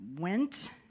went